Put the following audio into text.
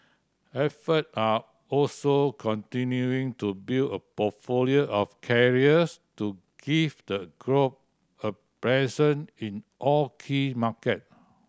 effort are also continuing to build a portfolio of carriers to give the group a presence in all key market